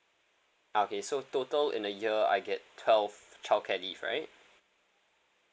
okay so total in a year I get twelve childcare leave right